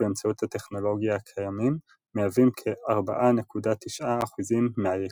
באמצעים הטכנולוגיים הקיימים מהווים כ-4.9% מהיקום.